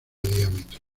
diámetro